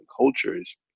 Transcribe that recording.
cultures